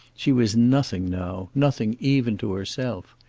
she was nothing now nothing even to herself.